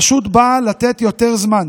פשוט באה לתת יותר זמן.